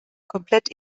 komplett